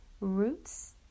roots